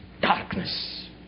darkness